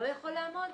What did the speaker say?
לא יכול לעמוד?